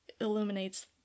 illuminates